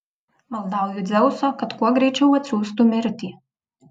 maldauju dzeuso kad kuo greičiau atsiųstų mirtį